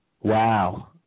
Wow